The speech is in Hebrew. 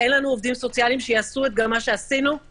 לנו עובדים סוציאליים זה מה שעשינו די בהתנדבות בתקופה האחרונה.